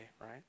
right